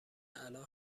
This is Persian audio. الان